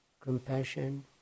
compassion